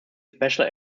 special